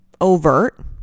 overt